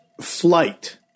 flight